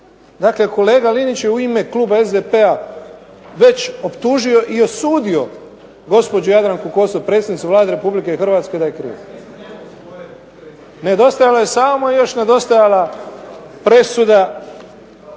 Dakle kolega Linić je u ime kluba SDP-a već optužio i osudio gospođu Jadranku Kosor, predsjednicu Vlade Republike Hrvatske da je kriva. Nedostajalo je samo još, nedostajala presuda,